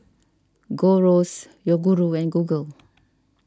Gold Roast Yoguru and Google